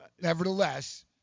nevertheless